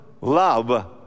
love